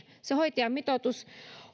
lakiin hoitajamitoitus